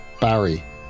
Barry